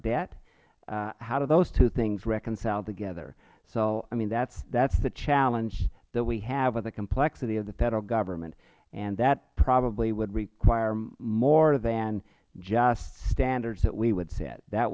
debt how do those two things reconcile together so that is the challenge that we have with the complexity of the federal government and that probably would require more than just standards that we would set that